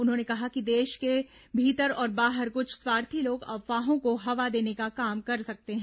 उन्होंने कहा कि देष के भीतर और बाहर कुछ स्वार्थी लोग अफवाहों को हवा देने का काम कर सकते हैं